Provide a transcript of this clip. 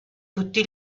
tutti